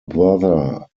brother